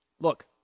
look